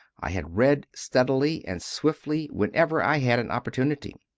i had read steadily and swiftly when ever i had an opportunity.